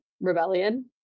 Rebellion